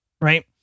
right